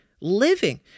Living